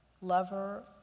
lover